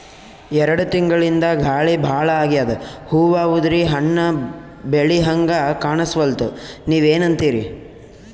ಎರೆಡ್ ತಿಂಗಳಿಂದ ಗಾಳಿ ಭಾಳ ಆಗ್ಯಾದ, ಹೂವ ಉದ್ರಿ ಹಣ್ಣ ಬೆಳಿಹಂಗ ಕಾಣಸ್ವಲ್ತು, ನೀವೆನಂತಿರಿ?